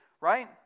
Right